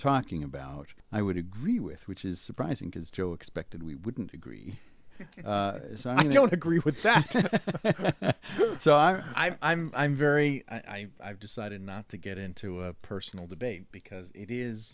talking about i would agree with which is surprising because joe expected we wouldn't agree so i don't agree with that so i'm i'm i'm very i decided not to get into a personal debate because it is